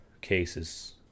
cases